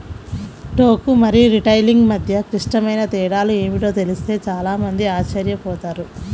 టోకు మరియు రిటైలింగ్ మధ్య క్లిష్టమైన తేడాలు ఏమిటో తెలిస్తే చాలా మంది ఆశ్చర్యపోతారు